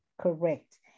Correct